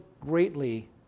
greatly